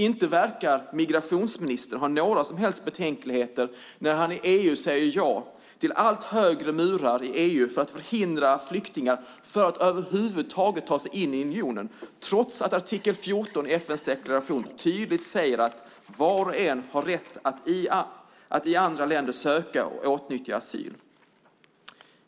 Inte verkar migrationsministern ha några som helst betänkligheter när han i EU säger ja till allt högre murar för att förhindra flyktingar att över huvud taget ta sig in i unionen trots att artikel 14 i FN:s deklaration tydligt säger att "var och en har rätt att i andra länder söka och åtnjuta asyl".